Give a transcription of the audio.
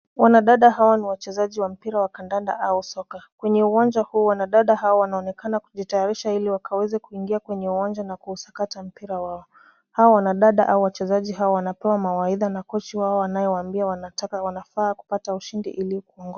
Wanadada hawa ni wachezaji wa mpira wa kandanda au soka. Kwenye uwanja huu, wanadada hawa wanaonekana kujitayarisha ili waweze kuingia kwenye uwanja na kusakata mpira wao. Hawa wanadada au wachezaji hao wanapewa mawaidha na kochi wao anayewaambia wanafaa kupata ushindi.